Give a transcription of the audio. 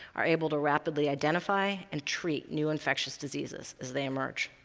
are able to rapidly identify and treat new infectious diseases as they emerge.